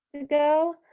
ago